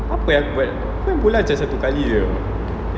apa eh aku buat aku main bola satu kali jer [tau]